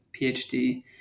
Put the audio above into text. PhD